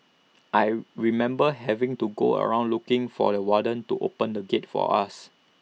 I remember having to go around looking for the warden to open the gate for us